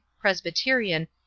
Presbyterian